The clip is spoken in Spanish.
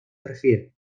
refiere